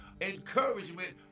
encouragement